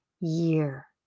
year